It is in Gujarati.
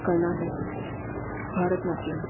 કર્ણાટક ભરતનાટ્યમ